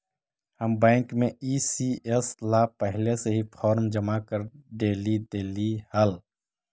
हम बैंक में ई.सी.एस ला पहले से ही फॉर्म जमा कर डेली देली हल